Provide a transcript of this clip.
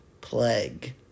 plague